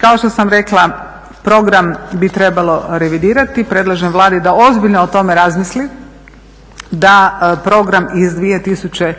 Kao što sam rekla program bi trebalo revidirati, predlažem Vladi da ozbiljno o tome razmisli da program iz 2009.